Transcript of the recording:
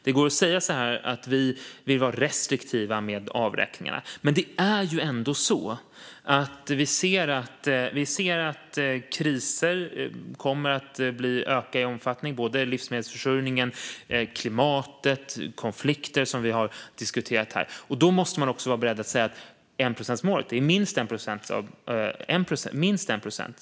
Det går att säga att man var restriktiv med avräkningarna. Men vi ser att kriserna kommer att öka i omfattning - det gäller livsmedelsförsörjning, klimatet och konflikter, som vi har diskuterat här - och då måste man ändå vara beredd att säga att enprocentsmålet innebär minst 1 procent.